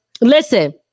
Listen